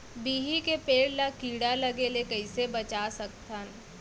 बिही के पेड़ ला कीड़ा लगे ले कइसे बचा सकथन?